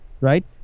right